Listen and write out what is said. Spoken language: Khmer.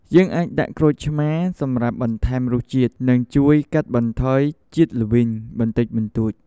យើងអាចដាក់ក្រូចឆ្មារ សម្រាប់បន្ថែមរសជាតិ និងជួយកាត់បន្ថយជាតិល្វីងបន្តិចបន្តួច។